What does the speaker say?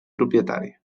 propietari